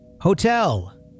Hotel